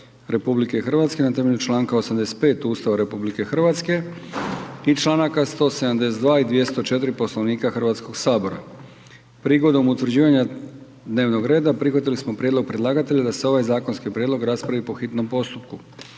je Vlada RH na temelju Članka 85. Ustava RH i Članaka 172. i 204. Poslovnika Hrvatskog sabora. Prigodom utvrđivanja dnevnog reda prihvatili smo prijedlog predlagatelja da se ovaj zakonski prijedlog raspravi po hitnom postupku.